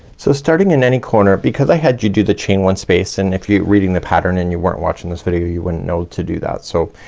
so starting in any corner because i had you do the chain one space and if you're reading the pattern and you weren't watching this video you wouldn't know to do that. so